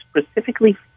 specifically